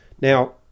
Now